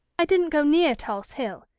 i didn't go near tulse hill,